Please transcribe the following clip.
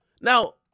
Now